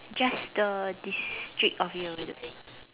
just the district of you living